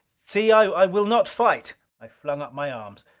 see, i will not fight! i flung up my arms.